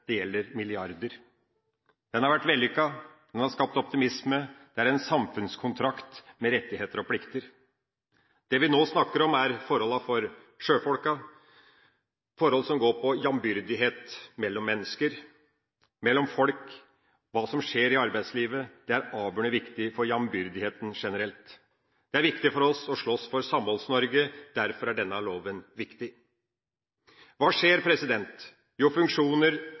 Det gjelder milliarder. Ordninga har vært vellykket, den har skapt optimisme – det er en samfunnskontrakt med rettigheter og plikter. Det vi nå snakker om, er forholdene for sjøfolka – forhold som går på jambyrdighet mellom mennesker, mellom folk. Hva som skjer i arbeidslivet, er avgjørende viktig for jambyrdigheten generelt. Det er viktig for oss å slåss for Samholds-Norge, derfor er denne loven viktig. Hva skjer? Jo, funksjoner